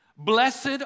Blessed